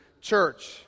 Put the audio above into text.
church